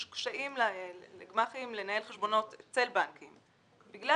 יש קשיים לגמ"חים לנהל חשבונות אצל בנקים בגלל